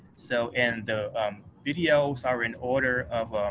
so and videos are in order of